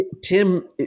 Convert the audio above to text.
Tim